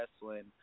Wrestling